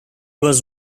was